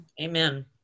Amen